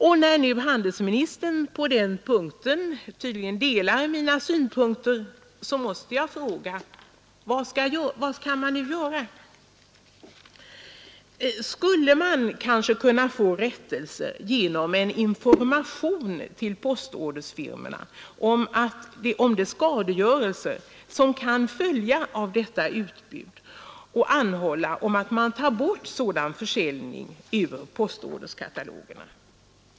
Och när handelsministern nu tydligen delar mina synpunkter så måste jag fråga: Vad kan man då göra? Skulle man kanske kunna erhålla rättelse genom en information till postorderfirmorna om den skadegörelse som kan följa av detta utbud jämte en anhållan om att man tar bort sådan försäljning ur postorderkatalogerna?